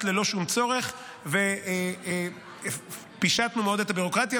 ללא שום צורך ופישטנו מאוד את הביורוקרטיה.